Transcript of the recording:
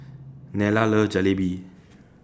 Nella loves Jalebi